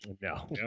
No